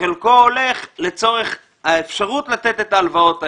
וחלקו הולך לצורך האפשרות לתת את ההלוואות האלה.